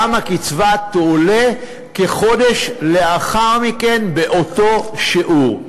גם הקצבה תועלה כחודש לאחר מכן באותו שיעור.